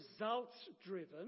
results-driven